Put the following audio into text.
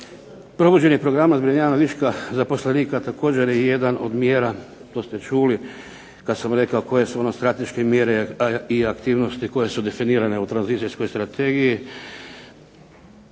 Provođenje programa zbrinjavanja viška zaposlenika također je jedna od mjera, to ste čuli kad sam rekao koje su ono strateške mjere i aktivnosti koje su definirane u tranzicijskoj strategiji.